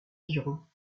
girons